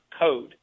code